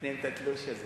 נותנים את התלוש הזה.